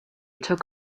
took